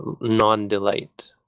non-delight